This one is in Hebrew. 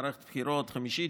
מערכת בחירות חמישית,